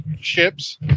ships